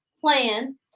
Plan